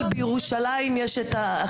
ולכן אנחנו צריכים למצוא פתרונות,